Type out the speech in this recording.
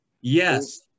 Yes